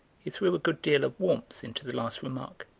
he threw a good deal of warmth into the last remark,